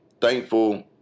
thankful